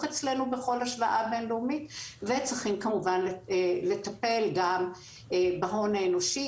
אצלנו בכל השוואה בינלאומית וצריכים כמובן לטפל גם בהון האנושי,